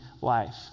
life